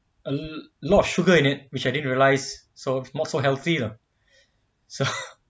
a lot of sugar in it which I didn't realise so not so healthy lah so